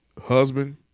Husband